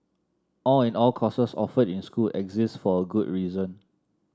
all in all courses offered in school exist for a good reason